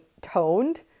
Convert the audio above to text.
toned